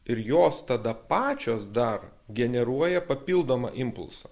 ir jos tada pačios dar generuoja papildomą impulsą